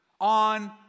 On